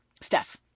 Steph